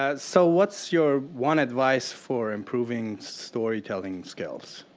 ah so what's your one advice for improving storytelling skills?